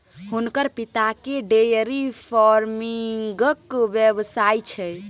हुनकर पिताकेँ डेयरी फार्मिंगक व्यवसाय छै